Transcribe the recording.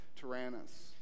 Tyrannus